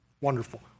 wonderful